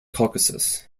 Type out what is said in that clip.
caucasus